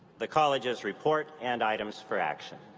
the college's report and items for action.